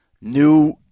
new